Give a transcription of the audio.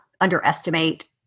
underestimate